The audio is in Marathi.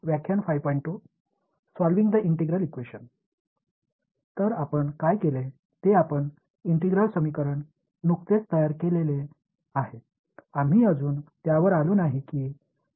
तर आपण काय केले ते आपण इंटिग्रल समीकरण नुकतेच तयार केलेले आहे आम्ही अजून त्यावर आलो नाही कि प्रत्यक्ष्यात ते कसे सोडवायचे